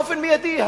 באופן מיידי,